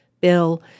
bill